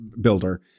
builder